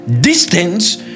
Distance